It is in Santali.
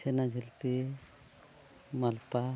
ᱥᱮ ᱚᱱᱟ ᱡᱷᱤᱞᱯᱤ ᱢᱟᱞᱯᱳᱣᱟ